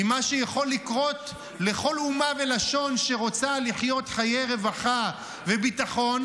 ממה שיכול לקרות לכל אומה ולשון שרוצה לחיות חיי רווחה וביטחון,